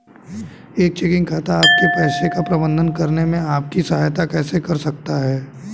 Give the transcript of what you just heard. एक चेकिंग खाता आपके पैसे का प्रबंधन करने में आपकी सहायता कैसे कर सकता है?